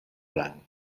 blanc